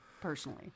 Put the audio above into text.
personally